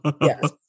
Yes